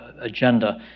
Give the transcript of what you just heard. agenda